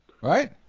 right